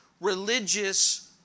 religious